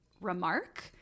remark